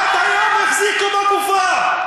עד היום החזיקו בגופה.